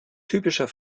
typischer